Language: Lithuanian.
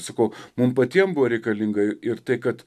sakau mum patiem buvo reikalinga ir tai kad